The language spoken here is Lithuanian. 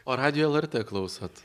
o radijo lrt klausote